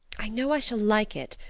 i know i shall like it,